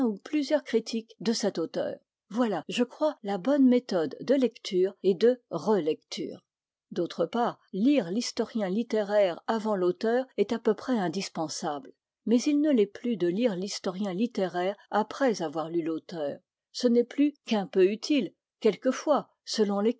plusieurs critiques de cet auteur voilà je crois la bonne méthode de lecture et de relecture d'autre part lire l'historien littéraire avant l'auteur est à peu près indispensable mais il ne l'est plus de lire l'historien littéraire après avoir lu l'auteur ce n'est plus qu'un peu utile quelquefois selon les